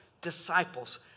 disciples